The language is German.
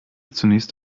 zunächst